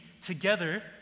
together